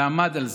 הוא עמד על זה,